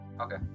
Okay